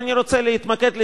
אבל אני רוצה להתמקד,